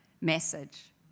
message